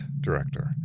Director